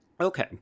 Okay